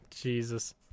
Jesus